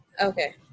okay